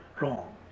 wrong